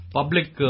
Public